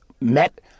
met